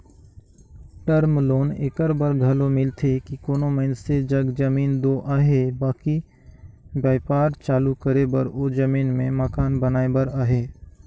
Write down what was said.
term loan एकर बर घलो मिलथे कि कोनो मइनसे जग जमीन दो अहे बकि बयपार चालू करे बर ओ जमीन में मकान बनाए बर अहे